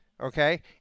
okay